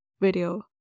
video